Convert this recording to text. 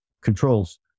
controls